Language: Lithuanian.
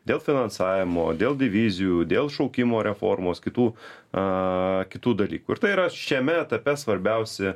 dėl finansavimo dėl divizijų dėl šaukimo reformos kitų a kitų dalykų ir tai yra šiame etape svarbiausi